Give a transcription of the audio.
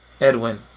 Edwin